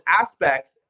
aspects